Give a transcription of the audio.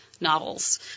novels